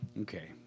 Okay